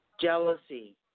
jealousy